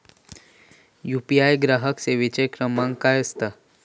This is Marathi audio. यू.पी.आय ग्राहक सेवेचो क्रमांक काय असा?